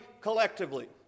collectively